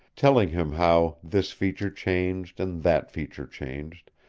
telling him how this feature changed and that feature changed,